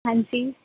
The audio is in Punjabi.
ਹਾਂਜੀ